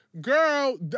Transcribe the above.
Girl